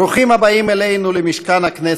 ברוכים הבאים אלינו, למשכן הכנסת,